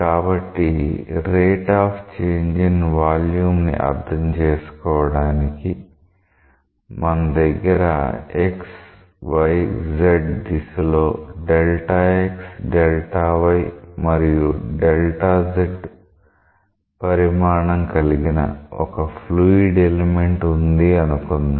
కాబట్టి rate of change in volume ని అర్థం చేసుకోవడానికి మన దగ్గర x y z దిశలో Δ x Δ y మరియు Δ z పరిమాణం కలిగిన ఒక ఫ్లూయిడ్ ఎలిమెంట్ ఉంది అనుకుందాం